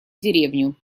деревню